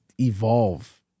evolve